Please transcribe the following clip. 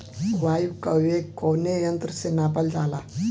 वायु क वेग कवने यंत्र से नापल जाला?